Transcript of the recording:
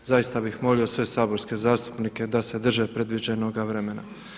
Zaista bih molio sve saborske zastupnike da se drže predviđenog vremena.